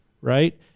right